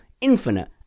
infinite